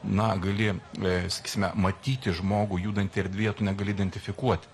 na gali sakysime matyti žmogų judantį erdvėje tu negali identifikuoti